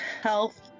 health